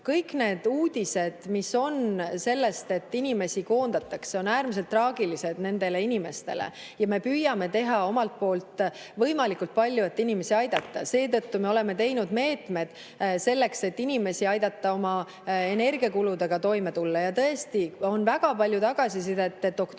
kõik need uudised, mis on selle kohta, et inimesi koondatakse, on äärmiselt traagilised nendele inimestele, ja me püüame teha omalt poolt võimalikult palju, et inimesi aidata. Seetõttu me oleme teinud meetmed selleks, et inimesi aidata oma energiakuludega toime tulla. Ja tõesti on väga palju tagasisidet oktoobrikuu